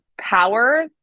power